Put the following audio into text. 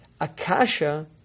Akasha